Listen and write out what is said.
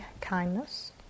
kindness